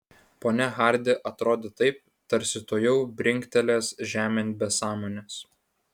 ponia hardi atrodė taip tarsi tuojau brinktelės žemėn be sąmonės